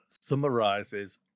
summarizes